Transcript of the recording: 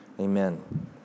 Amen